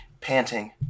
panting